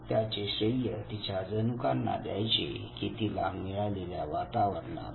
त्याचे श्रेय तिच्या जनुकांना द्यायचे कि तीला मिळालेल्या वातावरणाला